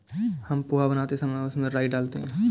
हम पोहा बनाते समय उसमें राई डालते हैं